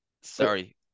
Sorry